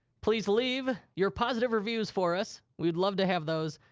please leave your positive reviews for us. we'd love to have those.